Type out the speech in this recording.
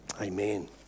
Amen